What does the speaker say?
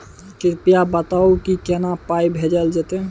कृपया बताऊ की केना पाई भेजल जेतै?